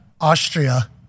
Austria